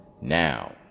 Now